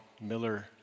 Miller